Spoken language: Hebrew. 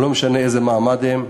לא משנה באיזה מעמד הם.